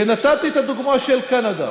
ונתתי את הדוגמה של קנדה,